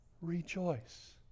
rejoice